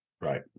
Right